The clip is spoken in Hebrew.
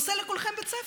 עושה לכולכם בית ספר?